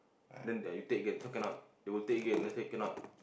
then ya you take again this one cannot they will take again let's say cannot